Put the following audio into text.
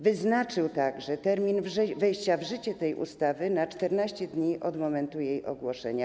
Wyznaczył także termin wejścia w życie tej ustawy na 14 dni od momentu jej ogłoszenia.